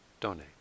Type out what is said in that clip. donate